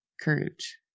Courage